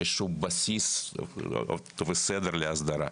איזשהו בסיס וסדר להסדרה.